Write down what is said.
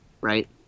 right